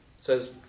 says